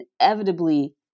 inevitably